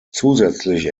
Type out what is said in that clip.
zusätzlich